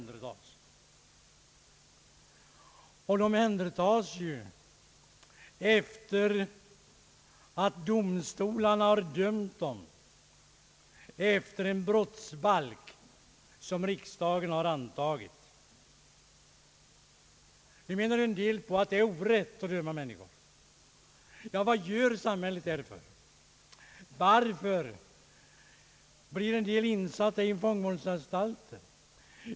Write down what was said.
De tas in på anstalter efter det att domstolarna dömt dem enligt bestämmelserna i en brottsbalk som riksdagen antagit. En del vill göra gällande att det är orätt att döma människor, men vad skall samhället göra? Varför blir en del insatta på fångvårdsanstalter?